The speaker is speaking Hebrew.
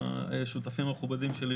לשותפים המכובדים שלי,